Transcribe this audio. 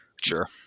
Sure